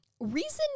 Reason